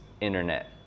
internet